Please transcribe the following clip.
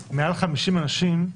מעל 50 אנשים,